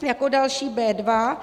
Jako další B2.